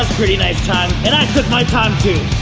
pretty nice time and i took my time too.